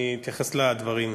אני אתייחס לדברים.